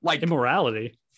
Immorality